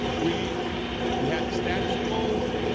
we we had the status quo,